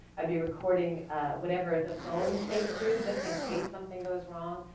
i'd be recording whatever the phone tape too, just in case something goes wrong.